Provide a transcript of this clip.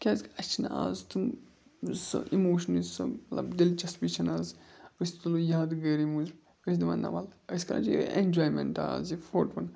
کیٛازکہِ اَسہِ چھِنہٕ آز تِم سۄ اِموشنٕچ سۄ مطلب دِلچَسپی چھَنہٕ آز أسۍ تُلو یاد گٲری موٗجوٗب أسۍ چھِ دَپان نَہ وَل أسۍ کَران چھِ اٮ۪نجایمٮ۪نٛٹ یِہوٚے آز یہِ فوٹوَن